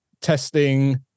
testing